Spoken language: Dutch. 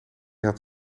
had